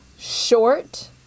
short